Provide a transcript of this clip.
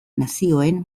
nazioen